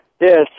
Yes